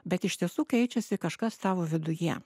bet iš tiesų keičiasi kažkas tavo viduje